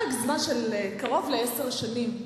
והרשימה של המסים העקיפים,